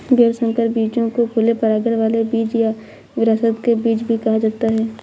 गैर संकर बीजों को खुले परागण वाले बीज या विरासत के बीज भी कहा जाता है